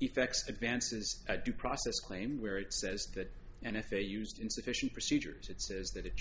effects advances due process claim where it says that and if they used insufficient procedures it says that it should